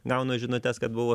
gaunu žinutes kad buvo